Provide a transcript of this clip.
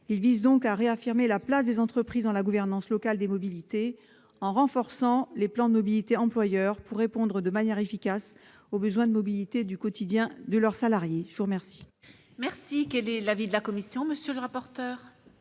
Il s'agit de réaffirmer la place des entreprises dans la gouvernance locale des mobilités, en renforçant les plans de mobilité des employeurs pour répondre de manière efficace aux besoins de mobilité du quotidien de leurs salariés. Quel